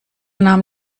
nahm